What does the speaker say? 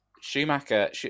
Schumacher